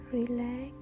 Relax